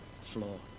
floor